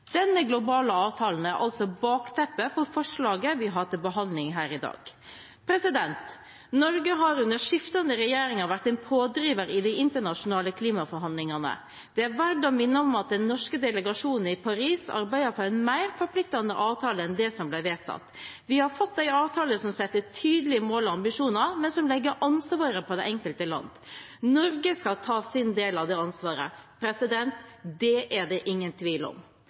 Denne globale avtalen er bakteppet for forslaget vi har til behandling her i dag. Norge har under skiftende regjeringer vært en pådriver i de internasjonale klimaforhandlingene. Det er verd å minne om at den norske delegasjonen i Paris arbeidet for en mer forpliktende avtale enn det som ble vedtatt. Vi har fått en avtale som setter tydelige mål og ambisjoner, men som legger ansvaret på det enkelte land. Norge skal ta sin del av det ansvaret, det er det ingen tvil om.